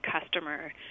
customer